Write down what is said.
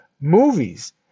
movies